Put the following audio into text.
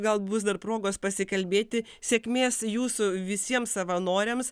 gal bus dar progos pasikalbėti sėkmės jūsų visiems savanoriams